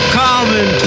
common